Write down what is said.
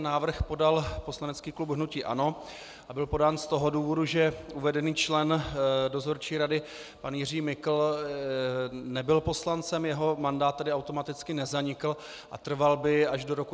Návrh podal poslanecký klub hnutí ANO a byl podán z toho důvodu, že uvedený člen dozorčí rady pan Jiří Mikl nebyl poslancem, jeho mandát tedy automaticky nezanikl a trval by až do roku 2015.